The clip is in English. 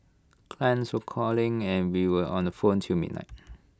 clients of calling and we were on the phone till midnight